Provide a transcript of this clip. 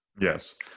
yes